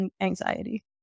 anxiety